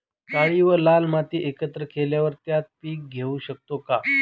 काळी व लाल माती एकत्र केल्यावर त्यात पीक घेऊ शकतो का?